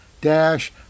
dash